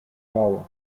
tower